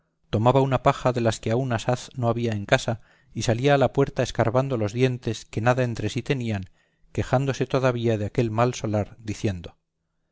tomaba una paja de las que aun asaz no había en casa y salía a la puerta escarbando los dientes que nada entre sí tenían quejándose todavía de aquel mal solar diciendo